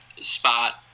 spot